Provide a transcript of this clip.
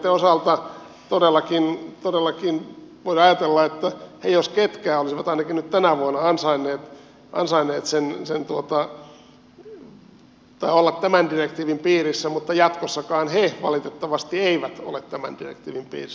marjanpoimijoitten osalta todellakin voidaan ajatella että he jos ketkään olisivat ainakin nyt tänä vuonna ansainneet olla tämän direktiivin piirissä mutta jatkossakaan he valitettavasti eivät ole tämän direktiivin piirissä